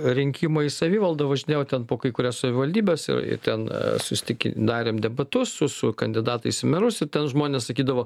rinkimai į savivaldą važinėjau ten po kai kurias savivaldybes ir ten susitiki darėm debatus su su kandidatais į merus ir ten žmonės sakydavo